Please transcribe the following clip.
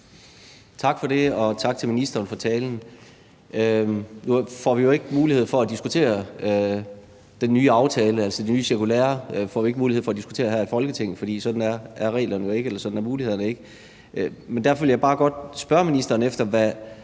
Tak for det, og tak til ministeren for talen. Nu får vi jo ikke mulighed for at diskutere den nye aftale. Altså, det nye cirkulære får vi ikke mulighed for at diskutere her i Folketinget, for sådan er reglerne eller mulighederne ikke. Men derfor vil jeg bare godt spørge ministeren, hvad